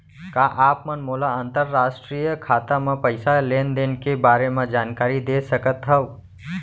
का आप मन मोला अंतरराष्ट्रीय खाता म पइसा लेन देन के बारे म जानकारी दे सकथव?